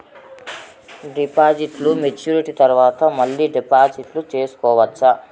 డిపాజిట్లు మెచ్యూరిటీ తర్వాత మళ్ళీ డిపాజిట్లు సేసుకోవచ్చా?